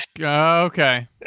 okay